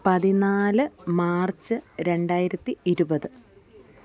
പതിനാല് മാർച്ച് രണ്ടായിരത്തി ഇരുപത്